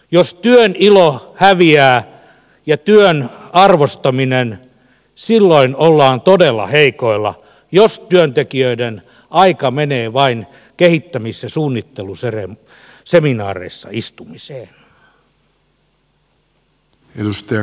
jos työn ilo ja työn arvostaminen häviävät silloin ollaan todella heikoilla jos työntekijöiden aika menee vain kehittämis ja suunnitteluseminaareissa istumiseen